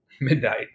midnight